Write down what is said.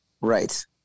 Right